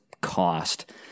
cost